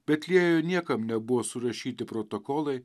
betliejo niekam nebuvo surašyti protokolai